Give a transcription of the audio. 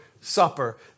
Supper